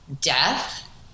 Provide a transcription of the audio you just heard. death